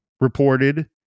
reported